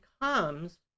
becomes